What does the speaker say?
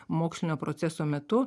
mokslinio proceso metu